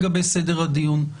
לגבי סדר הדיון.